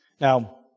Now